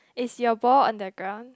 is your ball on the ground